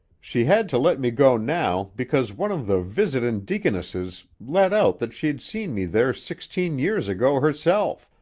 she had to let me go now because one of the visitin' deaconesses let out that she'd seen me there sixteen years ago herself,